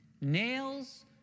Nails